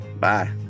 Bye